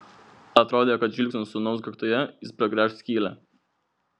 atrodė kad žvilgsniu sūnaus kaktoje jis pragręš skylę